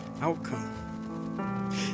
outcome